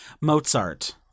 Mozart